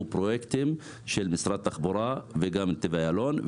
פרויקטים של משרד התחבורה וגם של נתיבי איילון.